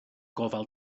gofal